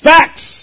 Facts